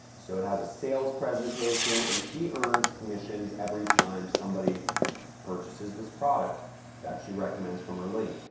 so, it has a sales presentation. and she earns commission's every time somebody purchases this product that she recommends from her link.